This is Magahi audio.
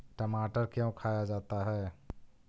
टमाटर क्यों खाया जाता है?